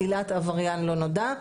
עילת עבריין לא נודע.